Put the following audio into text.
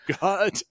God